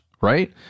Right